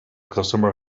customer